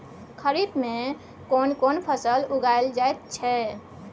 खरीफ में केना कोन फसल उगायल जायत छै?